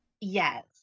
Yes